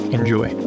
Enjoy